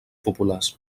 populars